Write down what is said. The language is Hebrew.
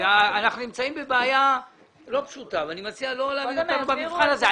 אנחנו נמצאים בבעיה לא פשוטה ואני מציע לא להעמיד אותנו במבחן הזה.